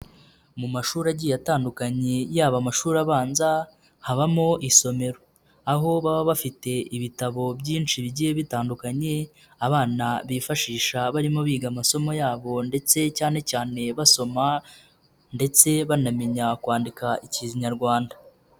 Mu mashuri agiye atandukanye yaba amashuri abanza, habamo isomero, aho baba bafite ibitabo byinshi bigiye bitandukanye, abana bifashisha barimo biga amasomo yabo ndetse cyane cyane basoma ndetse banamenya kwandika Ikiyarwanda.